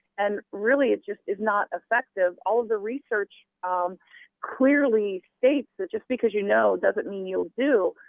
and really, it just is not effective. all the research clearly states that just because you know doesn't mean you'll do.